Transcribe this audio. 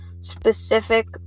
specific